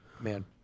man